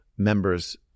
members